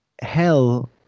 hell